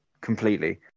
Completely